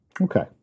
Okay